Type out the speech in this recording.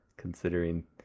considering